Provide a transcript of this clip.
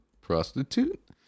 Prostitute